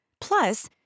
Plus